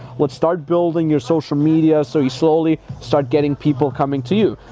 let's start building your social media. so you slowly start getting people coming to you.